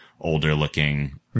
older-looking